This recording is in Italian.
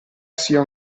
sia